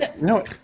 No